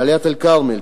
דאלית-אל-כרמל,